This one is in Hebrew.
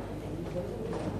אי-אפשר לסתור את העובדות.